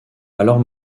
alors